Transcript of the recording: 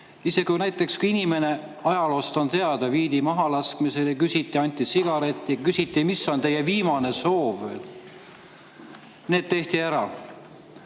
Isegi kui näiteks inimene – ajaloost on see teada – viidi mahalaskmisele, siis anti sigaret ja küsiti, mis on tema viimane soov. See tehti ära.